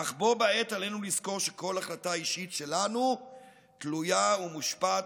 אך בה בעת עלינו לזכור שכל החלטה אישית שלנו תלויה ומושפעת